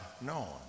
known